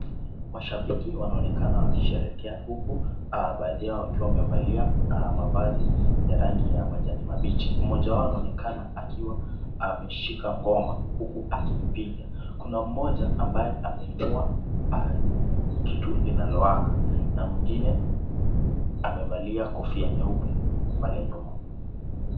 Mashabiki wanaonekana wakisherekea huku baadhi yao wakiwa wamevalia mavazi ya rangi ya majani mabichi. Mmoja wao anaonekana akiwa ameshika ngoma huku akiipiga. Kuna mmoja ambaye ameinua kitu linalowaka na mwingine amevalia kofia nyeupe pale nyuma.